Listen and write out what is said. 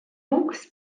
wuchs